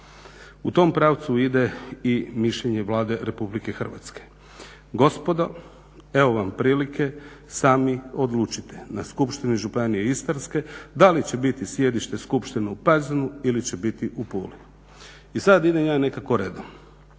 U tom pravcu ide i mišljenje Vlade RH. Gospodo, evo vam prilike sami odlučite na Skupštini županije Istarske da li će biti sjedište skupštine u Pazinu ili će biti u Puli. I sad idem ja nekako redom.